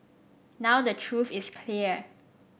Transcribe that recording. now the truth is clear